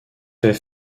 fait